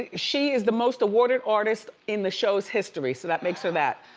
ah she is the most awarded artist in the show's history. so that makes her that.